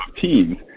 teams